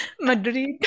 Madrid